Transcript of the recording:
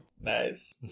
Nice